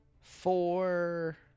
four